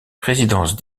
résidence